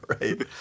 Right